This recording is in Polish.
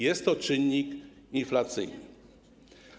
Jest to czynnik inflacyjny.